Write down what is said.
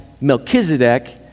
Melchizedek